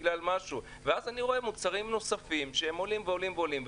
ואז אני רואה מוצרים נוספים שמחיריהם עולים ועולים.